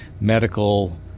medical